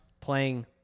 Playing